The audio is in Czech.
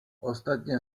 ostatně